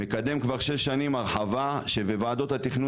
מקדם כבר שש שנים הרבה שבוועדות התכנון